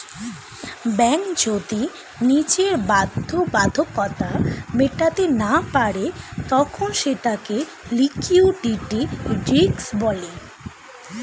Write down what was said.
bank যদি নিজের বাধ্যবাধকতা মেটাতে না পারে তখন সেটাকে লিক্যুইডিটি রিস্ক বলে